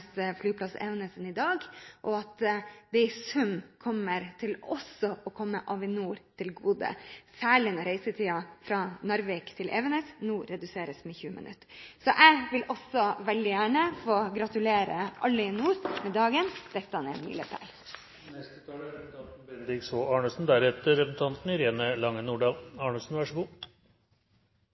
I sum tror jeg det kommer til å komme også Avinor til gode, særlig når reisetiden fra Narvik til Evenes nå reduseres med 20 minutter. Jeg vil også veldig gjerne få gratulere alle i nord med dagen – dette er en milepæl. Jeg tar ordet i denne saken fordi dette er